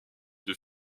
deux